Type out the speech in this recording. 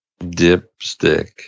Dipstick